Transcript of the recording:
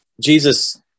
Jesus